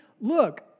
Look